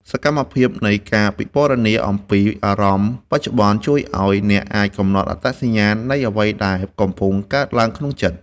សកម្មភាពនៃការពិពណ៌នាអំពីអារម្មណ៍បច្ចុប្បន្ន ជួយឱ្យអ្នកអាចកំណត់អត្តសញ្ញាណនៃអ្វីដែលកំពុងកើតឡើងក្នុងចិត្ត។